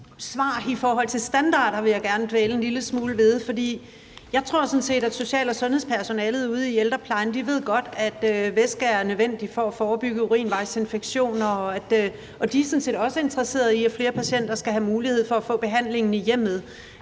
svar i forhold til standarder vil jeg gerne dvæle en lille smule ved. For jeg tror sådan set, at social- og sundhedspersonalet ude i ældreplejen godt ved, at væske er nødvendigt for at forebygge urinvejsinfektioner, og de er sådan set også interesseret i, at flere patienter skal have mulighed for at få behandlingen i hjemmet.